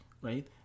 right